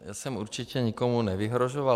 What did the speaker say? Já jsem určitě nikomu nevyhrožoval.